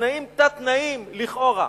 התנאים תת-תנאים, לכאורה.